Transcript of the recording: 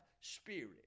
spirit